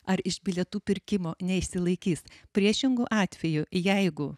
ar iš bilietų pirkimo neišsilaikys priešingu atveju jeigu